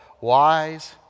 Wise